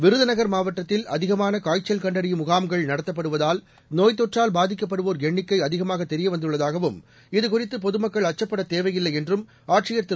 விருதுநகர் மாவட்டத்தில் அதிகமான காய்ச்சல் கண்டறியும் முகாம்கள் நடத்தப்படுவதால் நோய்த் தொற்றால் பாதிக்கப்படுவோர் எண்ணிக்கை அதிகமாக தெரியவந்துள்ளதாகவும் இதுகுறித்து பொதுமக்கள் அச்சப்பட தேவையில்லை என்றும் ஆட்சியர் திரு